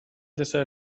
دسر